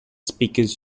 speakers